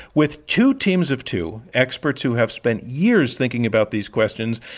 with two teams of two, experts who have spent years thinking about these questions,